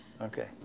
Okay